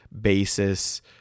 basis